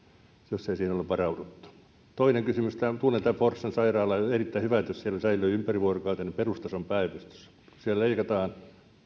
jos siihen ei ole varauduttu toinen kysymys minä tunnen tämän forssan sairaalan ja on erittäin hyvä jos siellä säilyy ympärivuorokautinen perustason päivystys siellä leikataan